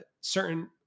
certain